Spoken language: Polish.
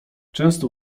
często